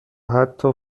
حتی